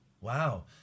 wow